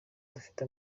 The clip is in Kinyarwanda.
dufite